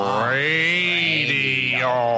radio